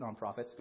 nonprofits